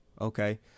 okay